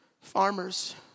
farmers